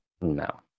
No